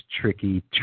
tricky